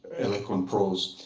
eloquent prose.